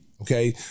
Okay